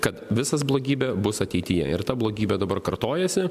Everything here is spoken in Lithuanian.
kad visas blogybė bus ateityje ir ta blogybė dabar kartojasi